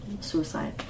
suicide